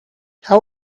how